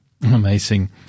Amazing